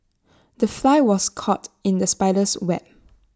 the fly was caught in the spider's web